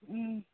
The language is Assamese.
ও